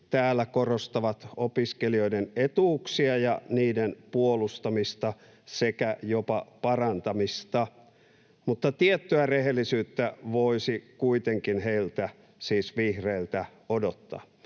täällä korostavat opiskelijoiden etuuksia ja niiden puolustamista sekä jopa parantamista, mutta tiettyä rehellisyyttä voisi kuitenkin vihreiltä odottaa.